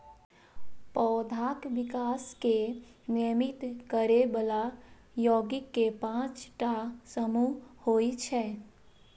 पौधाक विकास कें नियमित करै बला यौगिक के पांच टा समूह होइ छै